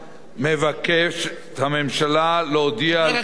מבקשת הממשלה להודיע על כך לכנסת.